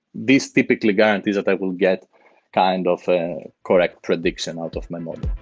this typically guarantees that i will get kind of a correct prediction out of my model.